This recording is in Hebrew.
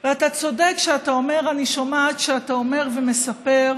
אתה צודק כשאתה אומר, אני שומעת שאתה אומר ומספר,